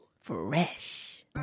Fresh